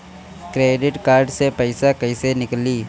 Credit card से पईसा केइसे निकली?